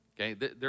okay